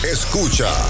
Escucha